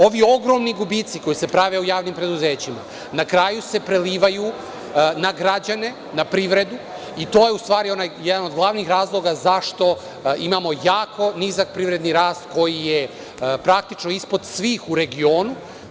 Ovi ogromni gubici koji se prave u javnim preduzećima na kraju se prelivaju na građane, na privredu, i to je u stvari jedan od glavnih razloga zašto imamo jako nizak privredni rast, koji je praktično ispod svih u regionu.